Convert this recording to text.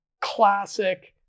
classic